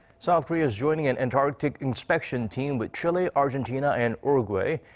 south korea is joining an antarctic inspection team with chile, argentina and uruguay.